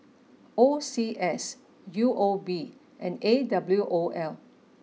O C S U O B and A W O L